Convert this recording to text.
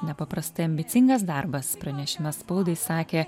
nepaprastai ambicingas darbas pranešime spaudai sakė